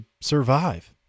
survive